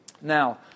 Now